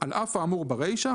על אף האמור ברישה,